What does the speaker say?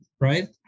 right